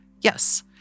yes